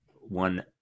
One